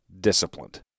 Disciplined